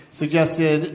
suggested